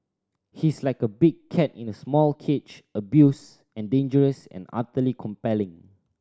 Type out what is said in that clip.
he's like a big cat in a small cage abused and dangerous and utterly compelling